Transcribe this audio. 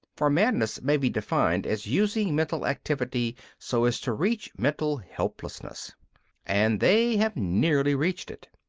for madness may be defined as using mental activity so as to reach mental helplessness and they have nearly reached it.